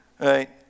right